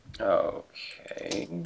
Okay